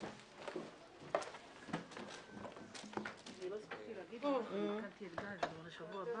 15:30.